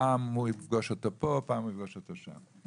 פעם הוא יפגוש אותו פה ופעם הוא יפגוש אותו שם.